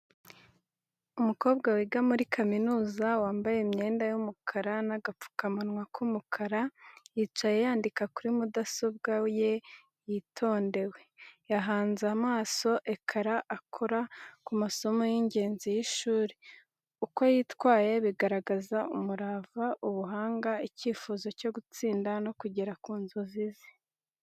Umukobwa wiga muri kaminuza, wambaye imyenda y’umukara n’agapfukamunwa k’umukara, yicaye yandika kuri mudasobwa ye yitondewe. Yahanze amaso ekara, akora ku masomo y’ingenzi y’ishuri. Uko yitwaye bigaragaza umurava, ubuhanga, n’icyifuzo cyo gutsinda no kugera ku nzozi ze.